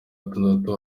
gatandatu